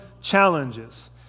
challenges